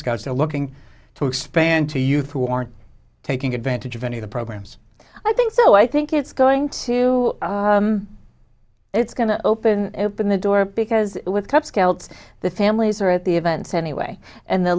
scouts they're looking to expand to youth who aren't taking advantage of any of the programs i think so i think it's going to it's going to open open the door because with cub scouts the families are at the events anyway and the